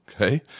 okay